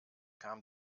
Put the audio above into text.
kam